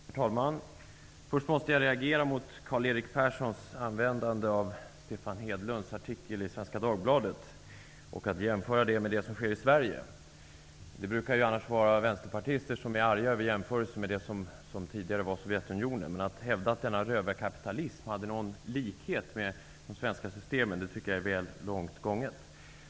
Herr talman! Först måste jag reagera mot Karl Erik Perssons användande av Stefan Hedlunds artikel i Svenska Dagbladet. Han jämför det som beskrivs där med det som sker i Sverige. Det brukar annars vara vänsterpartister som blir arga över att det görs jämförelser med det som tidigare var Att hävda att denna rövarkapitalism har någon likhet med de svenska systemen tycker jag är att gå väl långt.